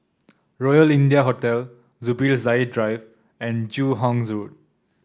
Royal India Hotel Zubir Said Drive and Joo Hong Road